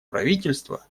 правительства